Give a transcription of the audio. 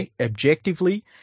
objectively